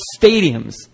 stadiums